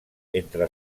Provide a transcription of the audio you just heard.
entre